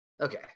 okay